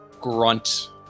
grunt